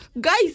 Guys